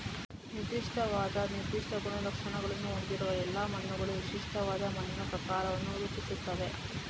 ನಿರ್ದಿಷ್ಟವಾದ ನಿರ್ದಿಷ್ಟ ಗುಣಲಕ್ಷಣಗಳನ್ನು ಹೊಂದಿರುವ ಎಲ್ಲಾ ಮಣ್ಣುಗಳು ವಿಶಿಷ್ಟವಾದ ಮಣ್ಣಿನ ಪ್ರಕಾರವನ್ನು ರೂಪಿಸುತ್ತವೆ